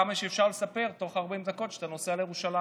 עד כמה שאפשר לספר תוך 40 דקות כשאתה נוסע לירושלים.